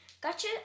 gotcha